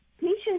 Patients